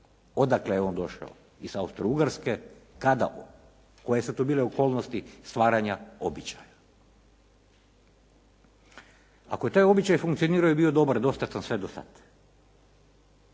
Odakle je on došao? Iz Austro-Ugarske? Kada? Koje su to bile okolnosti stvaranja običaja? Ako je taj običaj funkcionirao i bio dobar dostatan sve do sad,